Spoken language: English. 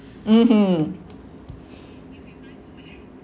mmhmm